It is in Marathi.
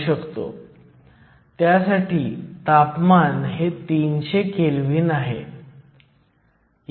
तर एक लांब डायोड 1 आहे ज्यामध्ये डिफ्युजन लांबी p आणि n क्षेत्राच्या भौतिक लांबीपेक्षा लहान आहे